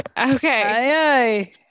okay